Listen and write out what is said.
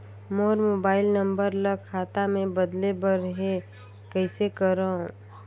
मोर mobile number ल खाता मे बदले बर हे कइसे करव?